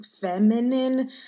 feminine